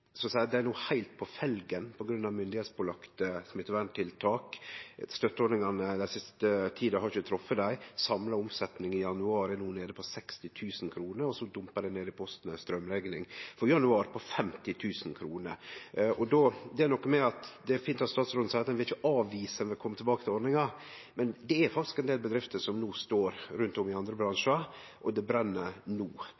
no er heilt på felgen på grunn av myndigheitspålagde smitteverntiltak. Støtteordningane den siste tida har ikkje treft dei. Samla omsetnad i januar er no nede på 60 000 kr, og så dumpar det ned i posten ei straumrekning for januar på 50 000 kr. Det er noko med at det er fint at statsråden seier at ein vil ikkje avvise å kome tilbake til ordninga, men det er faktisk ein del bedrifter som no står i det rundt om i andre